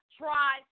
try